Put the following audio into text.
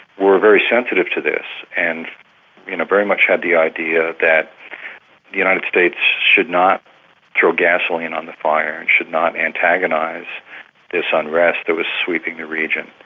were very sensitive to this, and very much had the idea that the united states should not throw gasoline on the fire, and should not antagonise this unrest that was sweeping the region.